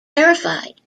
terrified